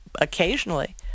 occasionally